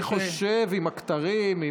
אני חושב שעם הכתרים,